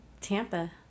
Tampa